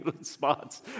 spots